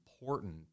important